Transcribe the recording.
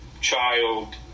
child